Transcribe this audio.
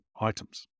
items